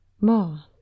more